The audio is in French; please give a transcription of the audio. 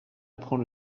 apprend